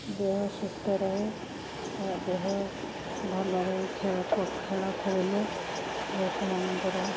ଦେହ ସୁସ୍ଥ ରହେ ଓ ଦେହ ଭଲରେ ଖେଳ ଖେଳ ଖେଳିଲେ ଲୋକମାନଙ୍କର